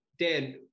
Dan